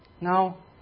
Now